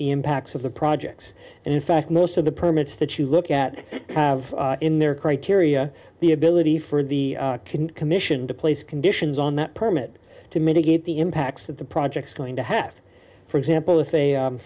the impacts of the projects and in fact most of the permits that you look at have in their criteria the ability for the commission to place conditions on that permit to mitigate the impacts of the projects going to have for example if they